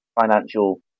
financial